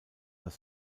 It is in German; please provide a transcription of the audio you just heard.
das